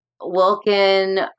Wilkin